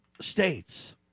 states